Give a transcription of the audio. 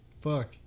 Fuck